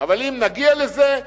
אבל אם נגיע לזה,